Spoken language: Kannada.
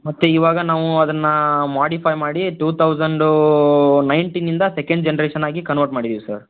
ಮತ್ತು ಇವಾಗ ನಾವು ಅದನ್ನು ಮೋಡಿಫೈ ಮಾಡಿ ಟೂ ತೌಸಂಡೂ ನೈನ್ಟಿನಿಂದ ಸೆಕೆಂಡ್ ಜನ್ರೇಶನಾಗಿ ಕನ್ವರ್ಟ್ ಮಾಡಿದೀವಿ ಸರ್